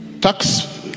tax